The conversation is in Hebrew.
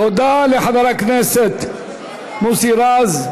תודה לחבר הכנסת מוסי רז.